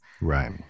Right